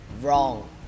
wrong